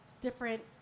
different